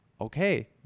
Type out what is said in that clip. Okay